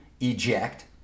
eject